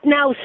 Now